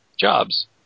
jobs